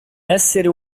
essere